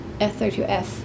F32F